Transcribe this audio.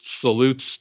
salutes